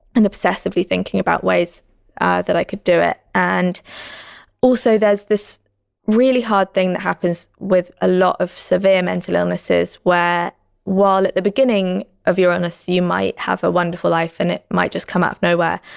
and obsessively thinking about ways that i could do it. and also, there's this really hard thing that happens with a lot of severe mental illnesses where while at the beginning of your illness, you might have a wonderful life and it might just come out of nowhere.